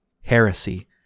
Heresy